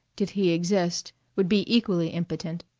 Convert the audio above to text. did he exist, would be equally impotent.